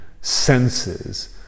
senses